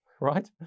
right